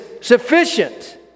sufficient